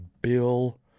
Bill